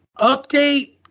update